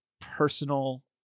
personal